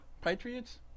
Patriots